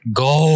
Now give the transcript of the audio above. go